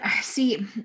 see